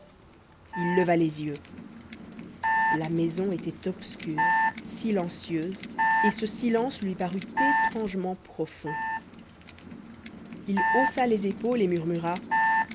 il leva les yeux la maison était obscure silencieuse et ce silence lui parut étrangement profond il haussa les épaules et murmura